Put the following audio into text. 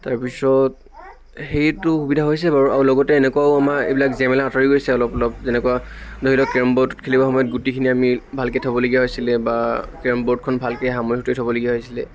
তাৰপিছত সেইটো সুবিধা হৈছে বাৰু আৰু লগতে এনেকুৱাও আমাৰ এইবিলাক জেমেলা আতৰি গৈছে অলপ অলপ যেনেকুৱা ধৰি লওক কেৰম ব'ৰ্ড খেলিব সময়ত গুটিখিনি আমি ভালকে থ'বলগীয়া হৈছিলে বা কেৰম ব'ৰ্ডখন ভালকে সামৰি সুতৰি থ'বলগীয়া হৈছিলে